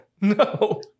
No